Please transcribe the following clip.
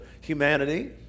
humanity